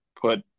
put